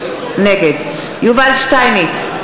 נגד יובל שטייניץ,